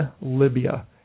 Libya